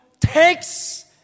takes